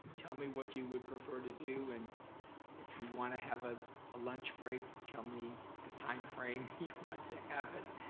tell me what you would prefer to do, and if you wanna have ah a lunch break, tell me the time frame you want to have it.